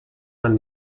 man